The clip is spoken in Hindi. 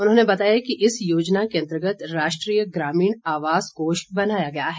उन्होंने बताया कि इस योजना के अंतर्गत राष्ट्रीय ग्रामीण आवास कोष बनाया गया है